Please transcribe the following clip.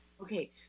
okay